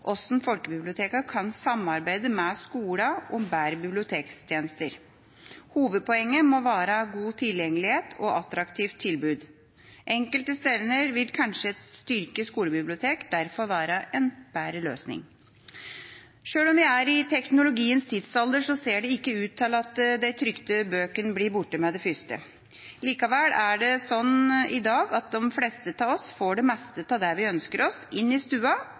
kan samarbeide med skolen om bedre bibliotektjenester. Hovedpoenget må være god tilgjengelighet og attraktivt tilbud. Enkelte steder vil kanskje et styrket skolebibliotek derfor være en bedre løsning. Sjøl om vi er i teknologiens tidsalder, ser det ikke ut til at de trykte bøkene blir borte med det første. Likevel er det sånn i dag at de fleste av oss får det meste av det vi ønsker oss inn i stua